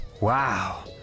Wow